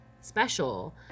special